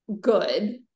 good